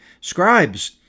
scribes